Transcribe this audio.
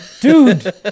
Dude